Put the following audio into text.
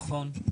נכון.